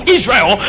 Israel